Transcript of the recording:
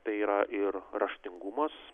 tai yra ir raštingumas